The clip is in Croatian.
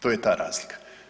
To je ta razlika.